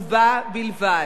ובה בלבד.